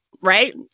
right